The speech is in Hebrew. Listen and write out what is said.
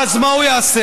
אז מה הוא יעשה?